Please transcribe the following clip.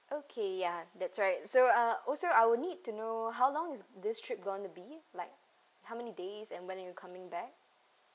okay ya that's right so uh also I will need to know how long is this trip going to be like how many days and when are you coming back